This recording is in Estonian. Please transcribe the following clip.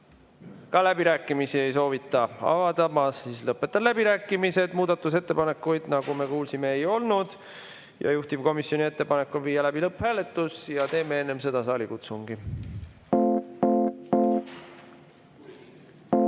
Ka läbirääkimisi ei soovita avada. Ma siis lõpetan läbirääkimised. Muudatusettepanekuid, nagu me kuulsime, ei olnud. Juhtivkomisjoni ettepanek on viia läbi lõpphääletus, aga teeme enne seda saalikutsungi. Head